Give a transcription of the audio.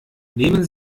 nehmen